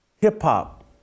hip-hop